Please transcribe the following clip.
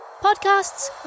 podcasts